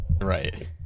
Right